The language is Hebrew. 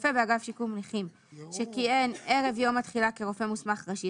שיקום נכים שכיהן ערב יום התחילה כרופא מוסמך ראשי,